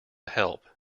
help